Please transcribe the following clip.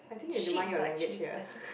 shit but she's better